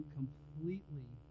completely